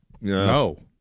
No